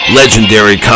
legendary